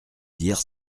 dire